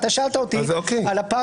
אתה שאלת אותי על הפער.